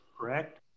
correct